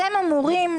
אתם אמורים,